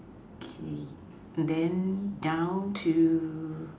okay then down to